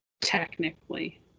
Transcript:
Technically